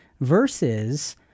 versus